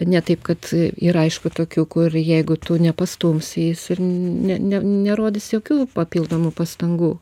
ne taip kad yra aišku tokių kur jeigu tu nepastumsi jis ir ne ne nerodys jokių papildomų pastangų